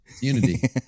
Unity